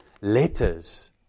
letters